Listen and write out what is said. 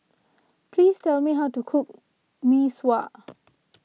please tell me how to cook Mee Sua